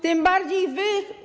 Tym bardziej wy.